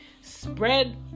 Spread